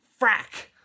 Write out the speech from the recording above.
Frack